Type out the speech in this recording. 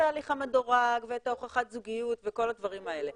ההליך המדורג ואת הוכחת הזוגיות וכל הדברים האלה.